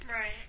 Right